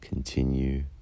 Continue